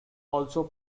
also